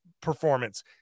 performance